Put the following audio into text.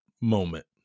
moment